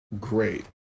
Great